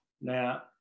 Now